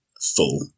full